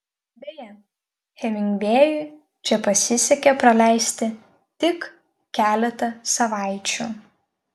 beje hemingvėjui čia pasisekė praleisti tik keletą savaičių